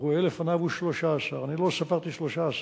רואה לפניו הוא 13. אני לא ספרתי 13,